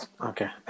Okay